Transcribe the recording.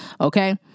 Okay